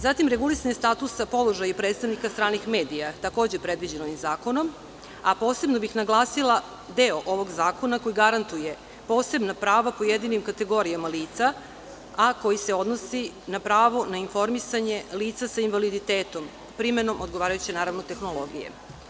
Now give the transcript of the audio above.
Zatim, regulisanje statusa položaja i predstavnika stranih medija takođe je predviđeno ovim zakonom, a posebno bih naglasila deo ovog zakona koji garantuje posebna prava pojedinim kategorijama lica, a koji se odnosi na pravo na informisanje lica sa invaliditetom, naravno primenom odgovarajuće tehnologije.